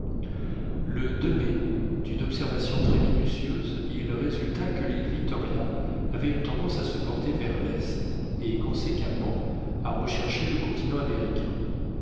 le mai d'une observation très minutieuse il résulta que l'île victoria avait une tendance à se porter vers l'est et conséquemment à rechercher le continent américain